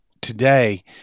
today